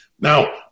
Now